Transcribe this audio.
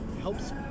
helps